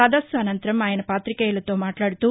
సదస్సు అనంతరం అయన పాతికేయులతో మాట్లాడుతూ